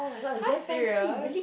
!huh! serious